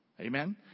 Amen